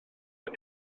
yng